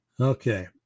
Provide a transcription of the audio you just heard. Okay